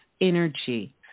energy